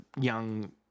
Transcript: young